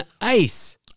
ice